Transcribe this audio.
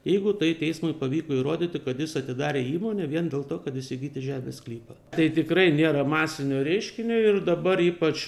jeigu tai teismui pavyko įrodyti kad jis atidarė įmonę vien dėl to kad įsigyti žemės sklypą tai tikrai nėra masinio reiškinio ir dabar ypač